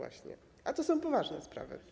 A to są poważne sprawy.